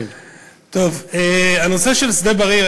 הנושא של שדה-בריר,